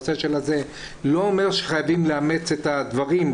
לא אומר שחייבים לאמץ את הדברים,